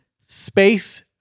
space